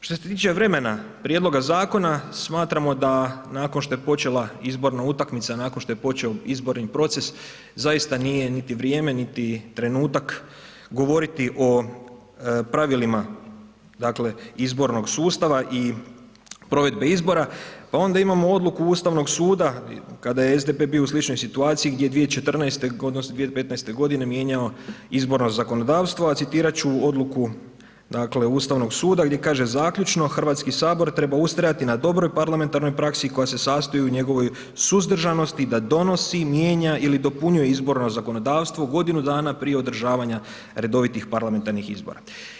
Što se tiče vremena prijedloga zakona smatramo da nakon što je počela izborna utakmica, nakon što je počeo izborni proces, zaista nije niti vrijeme, niti trenutak govoriti o pravilima, dakle izbornog sustava i provedbe izbora, pa onda imamo odluku Ustavnog suda kada je SDP bio u sličnoj situaciji gdje je 2014. odnosno 2015.g. mijenjao izborno zakonodavstvo, a citirat ću odluku, dakle Ustavnog suda gdje kaže zaključno HS treba ustrajati na dobroj parlamentarnoj praksi koja se sastoji u njegovoj suzdržanosti da donosi, mijenja ili dopunjuje izborno zakonodavstvo godinu dana prije održavanja redovitih parlamentarnih izbora.